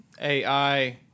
AI